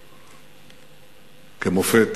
כמופת.